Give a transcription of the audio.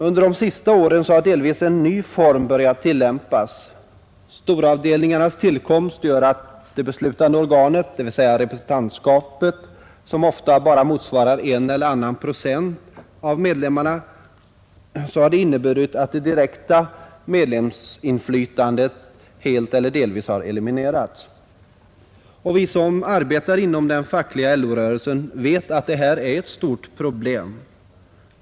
Under de senaste åren har delvis en ny form börjat tillämpas. Storavdelningarnas tillkomst, som gör att de beslutande organen — dvs. representantskapet — ofta motsvarar bara en eller annan procent av medlemmarna, har inneburit att det direkta medlemsinflytandet helt eller delvis har eliminerats. Vi som arbetar inom den fackliga LO-rörelsen vet att det här är ett stort problem.